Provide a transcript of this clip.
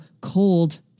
cold